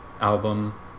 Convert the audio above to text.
album